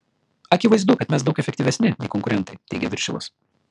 akivaizdu kad mes daug efektyvesni nei konkurentai teigia viršilas